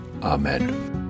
Amen